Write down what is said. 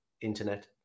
internet